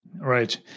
Right